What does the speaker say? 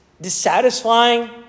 dissatisfying